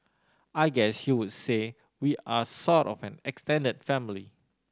I guess you would say we are sort of an extended family